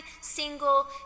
single